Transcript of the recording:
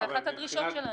זו אחת הדרישות שלנו.